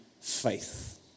faith